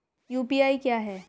UPI क्या है?